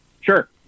Sure